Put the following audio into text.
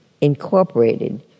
incorporated